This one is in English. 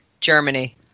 Germany